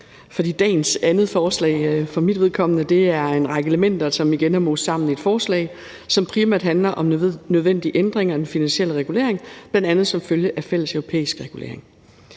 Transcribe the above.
for mit vedkommende er en række elementer, som igen er mast sammen i et forslag, som primært handler om nødvendige ændringer af den finansielle regulering bl.a. som følge af fælleseuropæisk regulering.